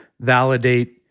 validate